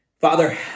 Father